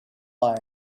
long